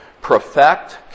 perfect